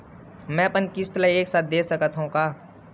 मै अपन किस्त ल एक साथ दे सकत हु का?